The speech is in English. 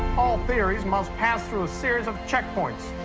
all theories must pass through a series of checkpoints.